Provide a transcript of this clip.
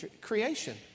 creation